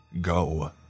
Go